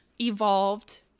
evolved